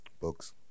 Books